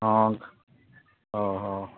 ହଁ ଓହୋ